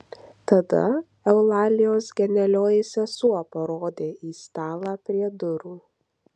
tada eulalijos genialioji sesuo parodė į stalą prie durų